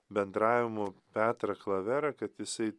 bendravimu petrą klaverą kad jisai